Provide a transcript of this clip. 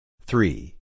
Three